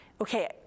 okay